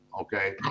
Okay